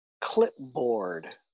clipboard